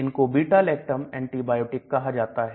इनको beta lactam antibiotic कहां जाता है